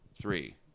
Three